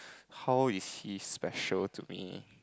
how is he special to me